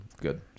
good